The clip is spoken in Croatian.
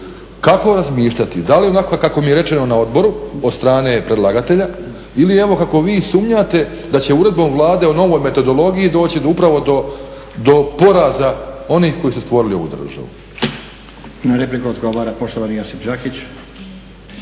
kako razmišljati da li onako kako mi je rečeno na odboru od strane predlagatelja ili evo kako vi sumnjate da će uredbom Vlade o novoj metodologiji doći upravo do poraza onih koji su stvorili ovu državu. **Stazić, Nenad (SDP)** Na repliku odgovara poštovani Josip Đakić.